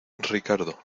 ricardo